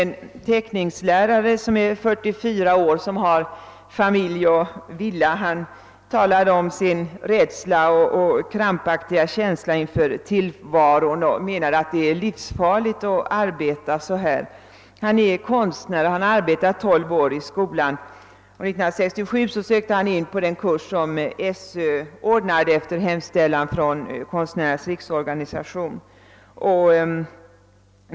En teckningslärare, som är 44 år och som har familj och villa, talade om sin rädsla och krampaktiga känsla inför tillvaron. Han ansåg att det är livsfarligt att arbeta under dylika förhållanden. Han är konstnär och har arbetat i skolan under tolv år. År 1967 sökte han in på den kurs som SÖ ordnade efter hemställan från konstnärernas riksorganisation.